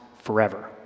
forever